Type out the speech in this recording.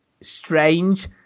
strange